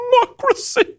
democracy